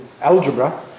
algebra